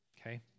Okay